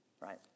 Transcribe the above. right